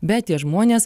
bet tie žmonės